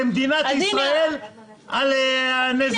תבדקי כמה הגרמנים שילמו למדינת ישראל על הנזקים של השואה.